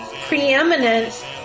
preeminent